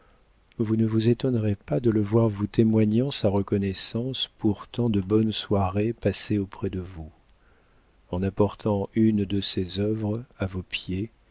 vous ne vous étonnerez pas de le voir vous témoignant sa reconnaissance pour tant de bonnes soirées passées auprès de vous en apportant une de ses œuvres à vos pieds